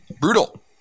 brutal